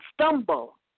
stumble